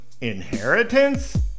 Inheritance